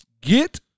Get